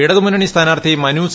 ഇടതുമുന്നണി സ്ഥാനാർഥി മനു സി